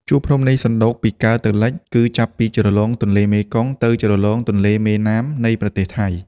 ជួរភ្នំនេះសណ្ដូកពីកើតទៅលិច គឺចាប់ពីជ្រលង ទន្លេមេគង្គ ទៅជ្រលងទន្លេមេណាមនៃប្រទេសថៃ ។